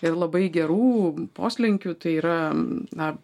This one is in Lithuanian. ir labai gerų poslinkių tai yra na